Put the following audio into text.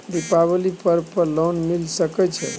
दीपावली पर्व पर लोन मिल सके छै?